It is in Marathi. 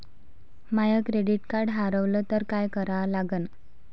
माय क्रेडिट कार्ड हारवलं तर काय करा लागन?